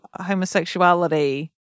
homosexuality